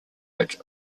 which